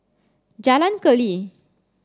Jalan Keli